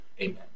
Amen